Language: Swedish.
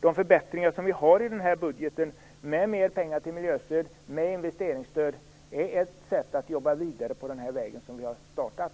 De förbättringar som finns i budgeten med mer pengar till miljöstöd och investeringsstöd är ett sätt att gå vidare på den väg som vi har påbörjat.